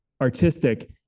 artistic